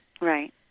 Right